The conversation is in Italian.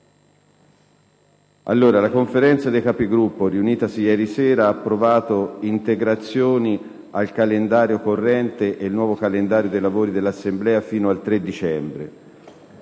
La Conferenza dei Capigruppo, riunitasi ieri sera, ha approvato integrazioni al calendario corrente e il nuovo calendario dei lavori dell'Assemblea fino al 3 dicembre.